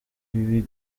ibi